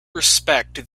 respect